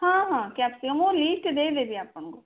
ହଁ ହଁ capsicum list ଦେଇଦେବି ଆପଣଙ୍କୁ